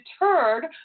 deterred